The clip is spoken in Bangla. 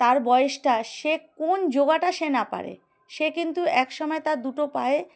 তার বয়সটা সে কোন যোগাটা সে না পারে সে কিন্তু এক সময় তার দুটো পায়ে